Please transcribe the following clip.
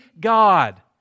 God